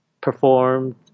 performed